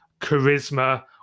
charisma